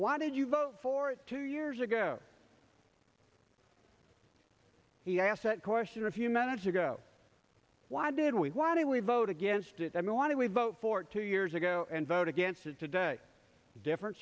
why did you vote for it two years ago he asked that question a few minutes ago why did we why did we vote against it i want to we vote for two years ago and vote against it today different